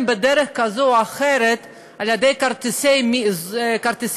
בדרך כזאת או אחרת על-ידי כרטיסי פרסום,